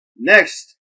Next